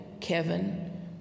Kevin